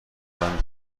برمی